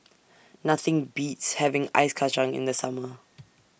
Nothing Beats having Ice Kacang in The Summer